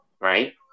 Right